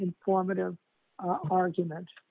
informative argument